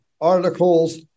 articles